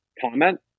comment